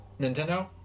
Nintendo